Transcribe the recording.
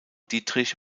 dietrich